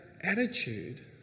attitude